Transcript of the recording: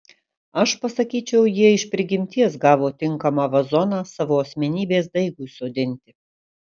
aš pasakyčiau jie iš prigimties gavo tinkamą vazoną savo asmenybės daigui sodinti